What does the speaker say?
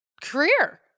Career